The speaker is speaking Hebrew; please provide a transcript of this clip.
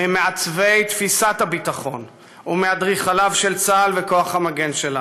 ממעצבי תפיסת הביטחון ומאדריכליו של צה"ל וכוח המגן שלנו.